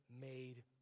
made